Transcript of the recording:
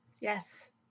Yes